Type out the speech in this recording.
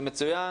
זה מצוין.